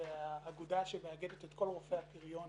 זו האגודה שמאגדת את כל רופאי הפריון